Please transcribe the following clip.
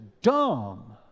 dumb